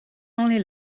only